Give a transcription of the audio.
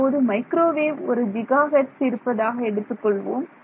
இப்போது மைக்ரோவேவ் ஒரு ஜிகாஹெர்ட்ஸ் இருப்பதாக எடுத்துக்கொள்வோம்